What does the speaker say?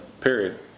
Period